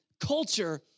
culture